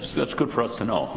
that's good for us to know.